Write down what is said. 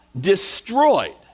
destroyed